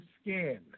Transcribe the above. skin